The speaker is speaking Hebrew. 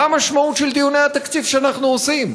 מה המשמעות של דיוני התקציב שאנחנו עושים?